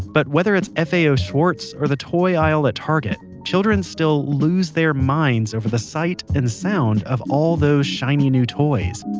but whether it's fao ah schwartz or the toy aisle at target, children still lose their minds over the sight and sound of all those shiny new toys.